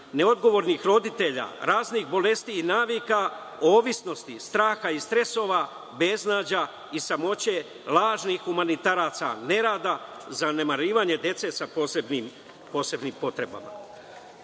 neodgovornih roditelja, raznih bolesti i navika, ovisnosti strahova i stresova, beznađa i samoće, lažnih humanitaraca, nerada, zanemarivanje dece sa posebnim potrebama. Potrebno